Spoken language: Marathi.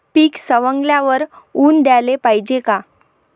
पीक सवंगल्यावर ऊन द्याले पायजे का?